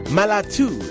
Malatu